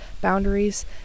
boundaries